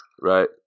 right